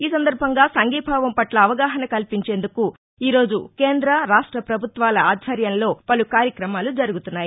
ఈ సందర్బంగా సంఘీభావం పట్ల అవగాహస కల్పించేందుకు ఈరోజు కేంద్ర రాష్ట్ర పభుత్వాల ఆధ్వర్యంలో పలు కార్యక్రమాలు జరుగుతున్నాయి